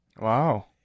Wow